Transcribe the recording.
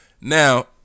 now